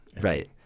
right